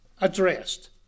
addressed